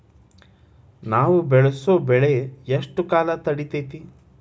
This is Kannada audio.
ನಾವು ಬೆಳಸೋ ಬೆಳಿ ಎಷ್ಟು ಕಾಲ ತಡೇತೇತಿ?